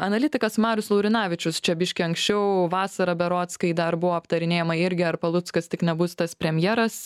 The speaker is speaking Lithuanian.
analitikas marius laurinavičius čia biškį anksčiau vasarą berods kai dar buvo aptarinėjama irgi ar paluckas tik nebus tas premjeras